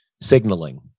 signaling